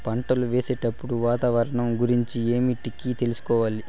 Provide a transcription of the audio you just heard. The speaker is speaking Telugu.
పంటలు వేసేటప్పుడు వాతావరణం గురించి ఏమిటికి తెలుసుకోవాలి?